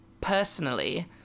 personally